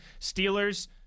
Steelers